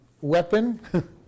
weapon